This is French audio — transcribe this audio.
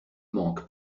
manque